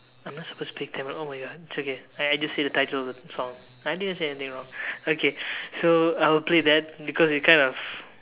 I'm not supposed to speak Tamil oh my god it's okay I just say the title of the song I didn't say anything wrong okay so I will play that because it's kind of